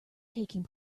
taking